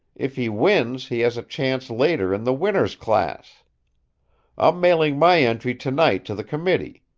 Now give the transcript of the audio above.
if he wins he has a chance later in the winners class i'm mailing my entry to-night to the committee.